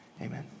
Amen